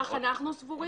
כך אנחנו סבורים.